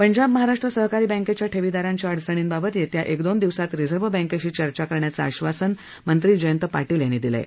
पंजाब महाराष्ट्र सहकारी बँकेच्या ठेवीदारांच्या अडचर्णीबाबत येत्या एक दोन दिवसात रिझर्व बँकेशी चर्चा करण्याचं आश्वासन मंत्री जयंत पाटील यांनी दिलं आहे